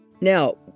Now